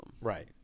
Right